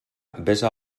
besa